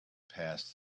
passed